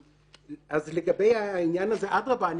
אדרבה,